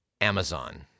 Amazon